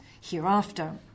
hereafter